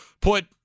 put